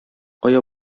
кая